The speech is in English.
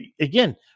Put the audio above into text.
again